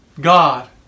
God